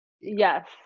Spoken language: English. Yes